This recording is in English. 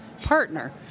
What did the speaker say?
partner